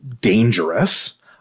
dangerous